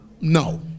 No